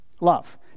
love